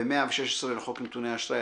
ו-116 לחוק נתוני אשראי,